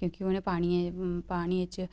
क्योंकि उ'नें पानियै च पानियै च